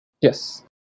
Yes